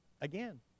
again